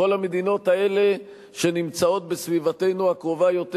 כל המדינות האלה שנמצאות בסביבתנו הקרובה יותר,